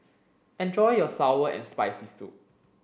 enjoy your sour and spicy soup